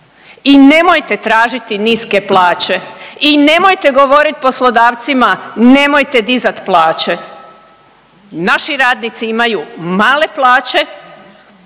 I nemojte tražiti niske plaće i nemojte govoriti poslodavcima nemojte dizati plaće. Naši radnici imaju male plaće,